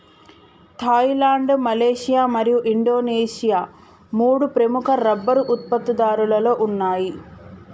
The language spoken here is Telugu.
థాయిలాండ్, మలేషియా మరియు ఇండోనేషియా మూడు ప్రముఖ రబ్బరు ఉత్పత్తిదారులలో ఉన్నాయి